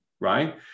right